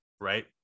right